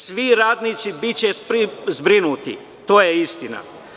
Svi radnici biće zbrinuti, to je istina.